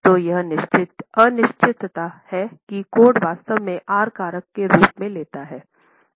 तो यह अनिश्चितता है कि कोड वास्तव में आर कारक के रूप में लेता है